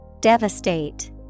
Devastate